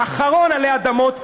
האחרון עלי האדמות,